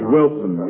Wilson